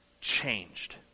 changed